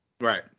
Right